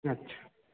আচ্ছা